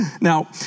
now